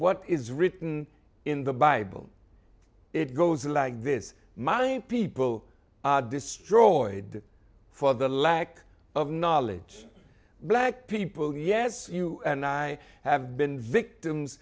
what is written in the bible it goes like this mind people destroyed for the lack of knowledge black people yes you and i have been victims